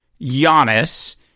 Giannis